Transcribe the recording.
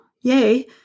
yay